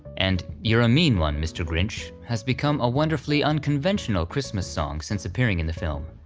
and you're a mean one mr. grinch has become a wonderfully unconventional christmas song since appearing in the film.